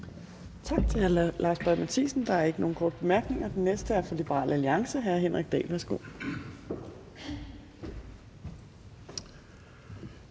Tak til hr. Lars Boje Mathiesen. Der er ikke nogen korte bemærkninger. Den næste er hr. Henrik Dahl fra